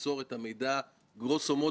לשיתוף פעולה ברמה של